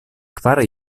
kvar